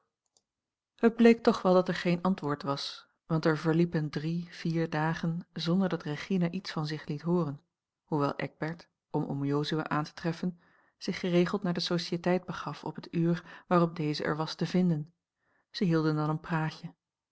het bleek toch wel dat er geen antwoord was want er verliepen drie vier dagen zonder dat regina iets van zich liet hooren hoewel eckbert om oom jozua aan te treffen zich geregeld naar de sociëteit begaf op het uur waarop deze er was te vinden zij hielden dan een praatje